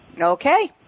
Okay